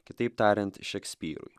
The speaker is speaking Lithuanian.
kitaip tariant šekspyrui